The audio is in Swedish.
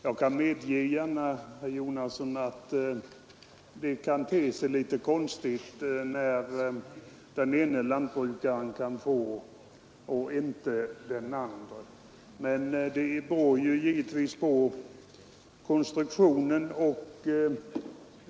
Jag kan gärna medge, herr Jonasson, att det kan te sig litet konstigt att den ene lantbrukaren kan få ersättning men inte den andre, men det beror på systemets konstruktion.